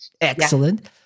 Excellent